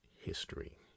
history